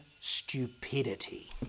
stupidity